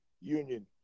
union